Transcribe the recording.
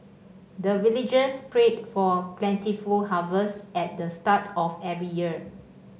the villagers pray for plentiful harvest at the start of every year